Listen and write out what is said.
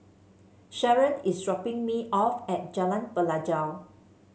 Sharen is dropping me off at Jalan Pelajau